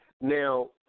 Now